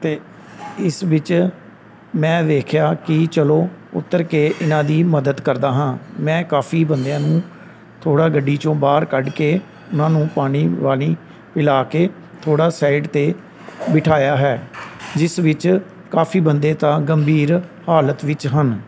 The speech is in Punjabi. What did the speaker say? ਅਤੇ ਇਸ ਵਿੱਚ ਮੈਂ ਵੇਖਿਆ ਕਿ ਚਲੋ ਉੱਤਰ ਕੇ ਇਹਨਾਂ ਦੀ ਮਦਦ ਕਰਦਾ ਹਾਂ ਮੈਂ ਕਾਫੀ ਬੰਦਿਆਂ ਨੂੰ ਥੋੜ੍ਹਾ ਗੱਡੀ 'ਚੋਂ ਬਾਹਰ ਕੱਢ ਕੇ ਉਹਨਾਂ ਨੂੰ ਪਾਣੀ ਵਾਣੀ ਪਿਲਾ ਕੇ ਥੋੜ੍ਹਾ ਸਾਈਡ 'ਤੇ ਬਿਠਾਇਆ ਹੈ ਜਿਸ ਵਿੱਚ ਕਾਫੀ ਬੰਦੇ ਤਾਂ ਗੰਭੀਰ ਹਾਲਤ ਵਿੱਚ ਹਨ